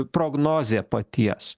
prognozė paties